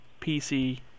PC